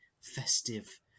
festive